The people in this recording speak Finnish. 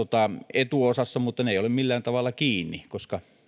etuosassa mutta ne eivät ole millään tavalla kiinni koska